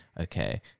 Okay